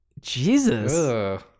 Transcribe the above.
Jesus